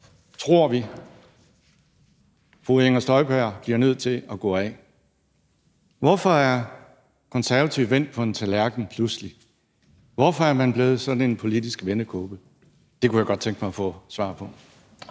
tror vi; fru Inger Støjberg bliver nødt til at gå af? Hvorfor er Konservative pludselig vendt på en tallerken? Hvorfor er man blevet sådan en politisk vendekåbe? Det kunne jeg godt tænke mig at få svar på.